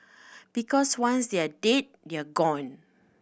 because once they're dead they're gone